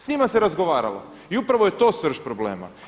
S njima se razgovaralo i upravo je to srž problema.